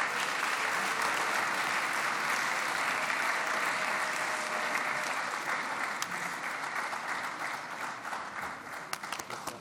(חותם